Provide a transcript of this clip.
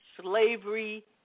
slavery